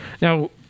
Now